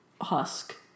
husk